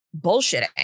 bullshitting